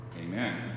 amen